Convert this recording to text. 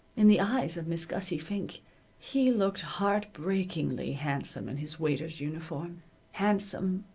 in the eyes of miss gussie fink he looked heartbreakingly handsome in his waiter's uniform handsome,